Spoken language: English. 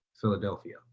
Philadelphia